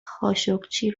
خاشقچی